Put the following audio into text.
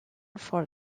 for